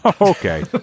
Okay